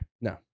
no